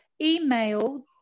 email